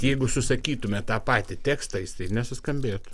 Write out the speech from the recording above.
jeigu susakytume tą patį tekstą jis taip nesuskambėtų